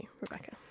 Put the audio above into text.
Rebecca